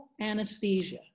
anesthesia